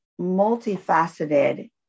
multifaceted